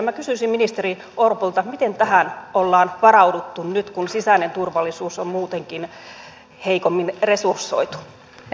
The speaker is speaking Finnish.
minä kysyisin ministeri orpolta miten tähän ollaan varauduttu nyt kun sisäinen turvallisuus on muutenkin heikommin resursoitu